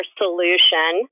solution